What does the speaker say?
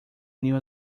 new